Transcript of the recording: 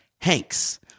Hank's